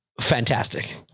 fantastic